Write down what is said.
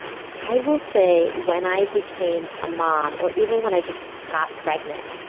i will say when i became a mom, or even when i just got pregnant,